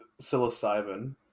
psilocybin